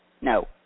No